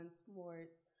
sports